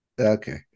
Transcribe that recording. Okay